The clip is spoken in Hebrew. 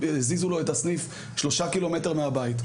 הזיזו לו את הסניף 3 ק"מ מהבית.